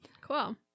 Cool